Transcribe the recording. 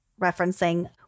referencing